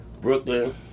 Brooklyn –